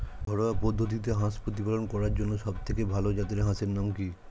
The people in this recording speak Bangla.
ঘরোয়া পদ্ধতিতে হাঁস প্রতিপালন করার জন্য সবথেকে ভাল জাতের হাঁসের নাম কি?